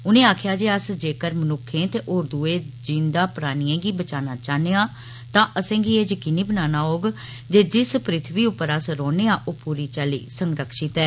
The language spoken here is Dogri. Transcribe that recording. उन्नें आक्खेया जे अस जेकर मनुक्खे ते होर दुए जीन्दा प्राणियें गी बचाना चाहन्नेआं तां असे गी एह यकीनी बनाना होग जे जिस पृथ्वी उप्पर अस रौहने आं ओह पूरी चाल्ली संरक्षति ऐ